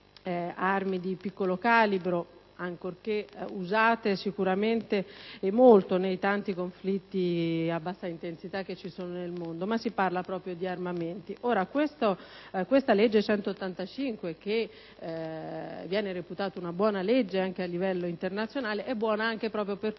armi di piccolo calibro, ancorché usate sicuramente molto nei tanti conflitti a bassa intensità che ci sono nel mondo, ma si parla proprio di armamenti. La legge n. 185, che viene reputata una buona legge anche a livello internazionale, è buona anche proprio per